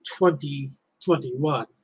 2021